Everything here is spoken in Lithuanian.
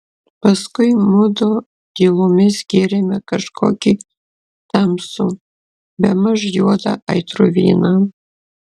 paskui mudu tylomis gėrėme kažkokį tamsų bemaž juodą aitrų vyną